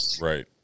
right